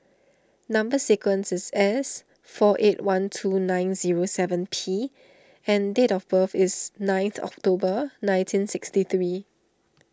Number Sequence is S four eight one two nine zero seven P and date of birth is ninth October nineteen sixty three